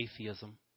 atheism